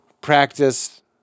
practice